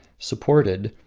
supported,